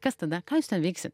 kas tada ką jūs ten veiksit